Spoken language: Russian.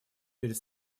перед